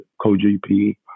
co-GP